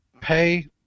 pay